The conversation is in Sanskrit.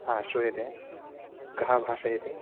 ह श्रूयते कः भाषयति